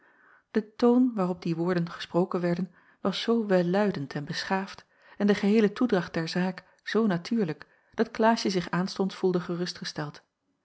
de toon waarop die woorden gesproken werden was zoo welluidend en beschaafd en de geheele toedracht der zaak zoo natuurlijk dat klaasje zich aanstonds voelde